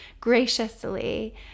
graciously